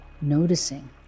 Noticing